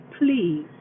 Please